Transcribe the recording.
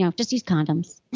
ah just use condoms.